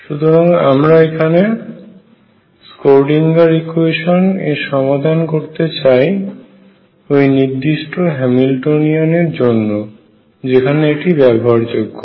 সুতরাং আমরা এখানে স্ক্রোডিঙ্গার ইকুয়েশানScrödinger equation এর সমাধান করতে চাই ওই নির্দিষ্ট হ্যামিল্টনিয়ান এর জন্য যেখানে এটি ব্যবহারের যোগ্য